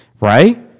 right